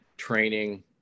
Training